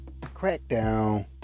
Crackdown